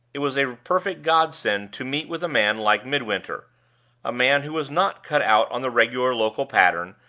it was a perfect godsend to meet with a man like midwinter a man who was not cut out on the regular local pattern,